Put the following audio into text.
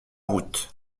route